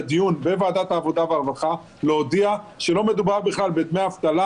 לדיון בוועדת העבודה והרווחה להודיע שלא מדובר בכלל בדמי אבטלה